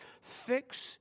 fix